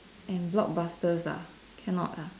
and blockbusters ah cannot lah